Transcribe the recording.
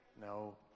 No